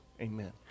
Amen